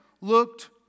looked